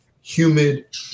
Humid